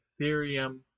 Ethereum